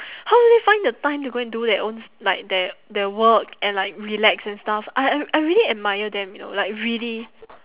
how do they find the time to go and do their s~ like their their work and like relax and stuff I I I really admire them you know like really